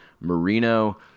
marino